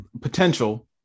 potential